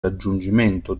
raggiungimento